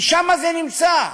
כי שם זה נמצא.